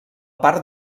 part